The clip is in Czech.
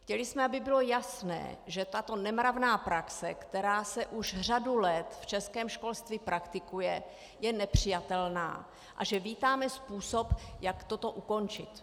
Chtěli jsme, aby bylo jasné, že tato nemravná praxe, která se už řadu let v českém školství praktikuje, je nepřijatelná a že vítáme způsob, jak toto ukončit.